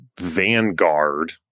vanguard